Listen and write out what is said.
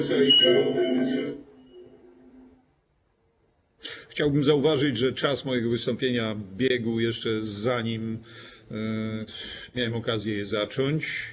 Chciałbym zauważyć, że czas mojego wystąpienia biegł, jeszcze zanim miałem okazję je zacząć.